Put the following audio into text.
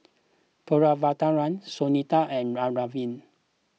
Pritiviraj Sunita and Arvind